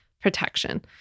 protection